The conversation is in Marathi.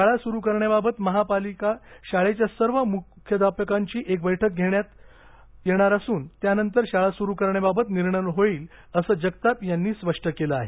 शाळा सुरू करण्याबाबत महापालिका शाळेच्या सर्व मुख्याध्यापकांची एक बैठक घेण्यात येणार असून त्यानंतर शाळा सुरू करण्याबाबत निर्णय होईल असं जगताप यांनी स्पष्ट केलं आहे